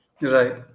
Right